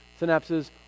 synapses